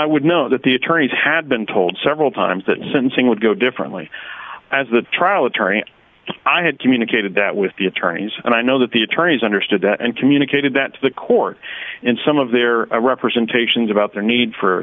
i would know that the attorneys had been told several times that syncing would go differently as the trial attorney and i had communicated that with the attorneys and i know that the attorneys understood that and communicated that to the court and some of their representations about their need for